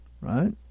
right